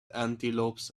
antelopes